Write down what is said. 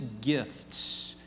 gifts